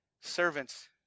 servants